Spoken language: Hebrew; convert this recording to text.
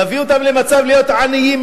מביאה אותם למצב להיות עניים,